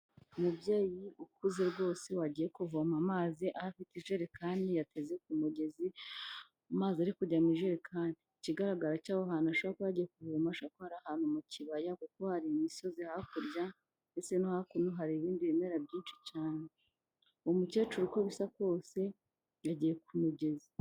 Umubyeyi ukuze rwose wagiye kuvoma amazi, aho afite ijerekani yateze ku mugezi, amazi ari kujya mu ijerekani. Ikigaragara cyo aho hantu ashobora kuba yagiye kuvoma hashobora kuba ari ahantu mu kibaya kuko hari imisozi hakurya ndetse no hakuno hari ibindi bimera byinshi cyane. Uwo mukecuru uko bisa kose yagiye ku mugezi.